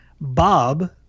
Bob